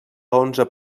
onze